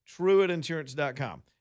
Truittinsurance.com